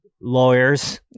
lawyers